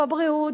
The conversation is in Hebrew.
בבריאות,